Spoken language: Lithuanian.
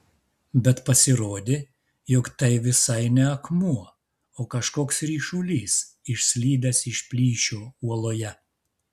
bet pasirodė jog tai visai ne akmuo o kažkoks ryšulys išslydęs iš plyšio uoloje